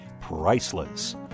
Priceless